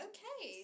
Okay